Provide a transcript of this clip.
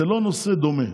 זה לא נושא דומה,